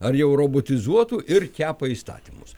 ar jau robotizuotų ir kepa įstatymus